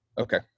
okay